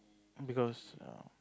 because err